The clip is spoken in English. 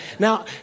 Now